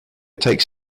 takes